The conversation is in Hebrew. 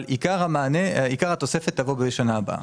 אבל עיקר התוספת תבוא בשנה הבאה.